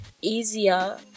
easier